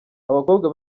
abakobwa